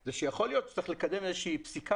זה שיכול להיות שצריך לשלם איזושהי פסיקה